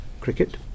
cricket